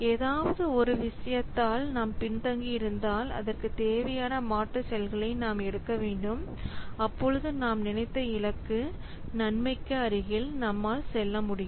ஏதாவது ஒரு விஷயத்தால் நாம் பின்தங்கி இருந்தால் அதற்கு தேவையான மாற்று செயல்களை நாம் எடுக்க வேண்டும் அப்பொழுது நாம் நினைத்த இலக்கு நன்மைக்கு அருகில் நம்மால் செல்ல முடியும்